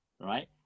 right